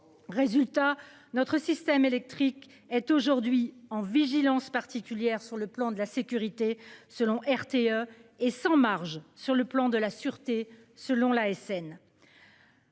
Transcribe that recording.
Résultat notre système électrique est aujourd'hui en vigilance particulière sur le plan de la sécurité selon RTE et sans marge sur le plan de la sûreté selon l'ASN.